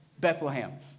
Bethlehem